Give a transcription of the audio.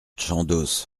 chandos